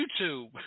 YouTube